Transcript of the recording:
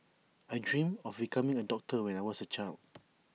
I dreamt of becoming A doctor when I was A child